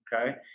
Okay